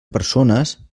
persones